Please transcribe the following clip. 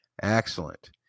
Excellent